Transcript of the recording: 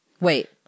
Wait